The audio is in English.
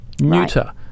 neuter